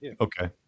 Okay